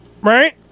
Right